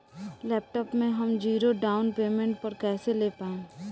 Laptop हम zero down payment पर कैसे ले पाएम?